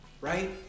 Right